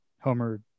Homer